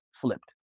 flipped